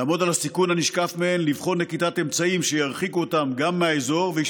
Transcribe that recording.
לעמוד על הסיכון הנשקף מהם ולבחון נקיטת אמצעים שירחיקו אותם מהאזור וגם